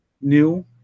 new